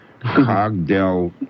Cogdell